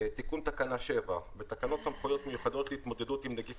תיקון תקנה 7 בתקנות סמכויות מיוחדות להתמודדות עם נגיף